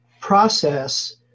process